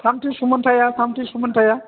थामथि सुमोनथाया थामथि सुमोनथाया